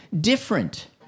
different